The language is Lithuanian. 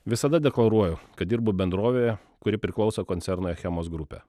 visada deklaruoju kad dirbu bendrovėje kuri priklauso koncernui achemos grupė